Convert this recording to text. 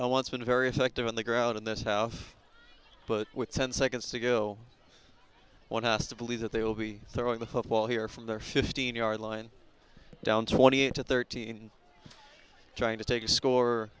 a once been a very effective on the ground in this house but with ten seconds to go one has to believe that they will be throwing the football here from their fifteen yard line down twenty eight to thirteen trying to take a score